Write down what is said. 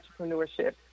entrepreneurship